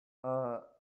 are